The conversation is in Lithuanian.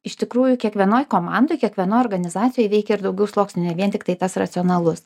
iš tikrųjų kiekvienoj komandoj kiekvienoj organizacijoj veikia ir daugiau sluoksnių ne vien tiktai tas racionalus